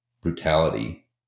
brutality